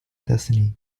destiny